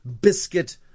biscuit